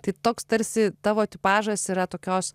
tai toks tarsi tavo tipažas yra tokios